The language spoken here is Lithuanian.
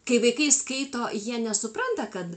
kai vaikai skaito jie nesupranta kad